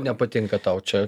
nepatinka tau čia